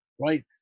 right